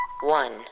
one